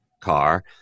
car